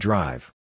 Drive